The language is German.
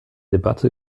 debatte